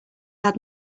had